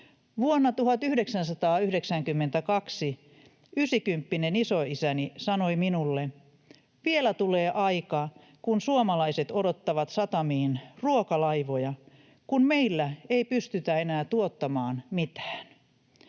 Vuonna 1992 ysikymppinen isoisäni sanoi minulle: ”Vielä tulee aika, kun suomalaiset odottavat satamiin ruokalaivoja, kun meillä ei pystytä enää tuottamaan mitään.”